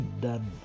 done